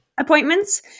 appointments